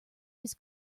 his